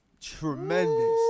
Tremendous